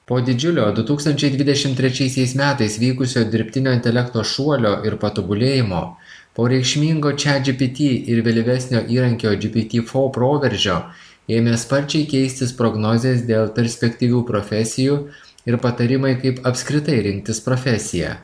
po didžiulio du tūkstančiai dvidešim trečiaisiais metais vykusio dirbtinio intelekto šuolio ir patobulėjimo po reikšmingo chatgpt ir vėlyvesnio įrankio gpt four proveržio ėmė sparčiai keistis prognozės dėl perspektyvių profesijų ir patarimai kaip apskritai rinktis profesiją